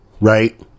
right